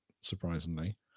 surprisingly